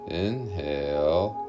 inhale